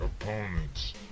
opponents